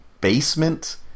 basement